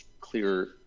clear